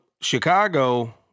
Chicago